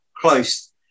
close